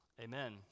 Amen